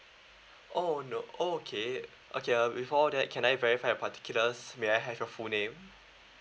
oh no oh okay okay uh before that can I verify your particulars may I have your full name